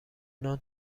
نان